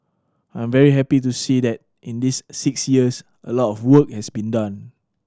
I'm very happy to see that in this six years a lot of work has been done